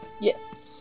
yes